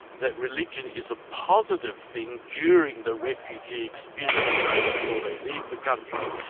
that religion is a positive thing during the refugee experience both before they leave the country,